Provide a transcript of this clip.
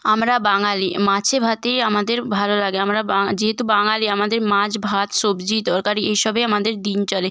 আমরা বাঙালি মাছে ভাতেই আমাদের ভালো লাগে আমরা যেহেতু বাঙালি আমাদের মাছ ভাত সবজি তরকারি এই সবে আমাদের দিন চলে